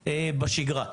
בשגרה.